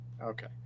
Okay